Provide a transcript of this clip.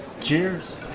Cheers